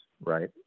right